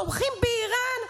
תומכים באיראן?